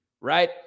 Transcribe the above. right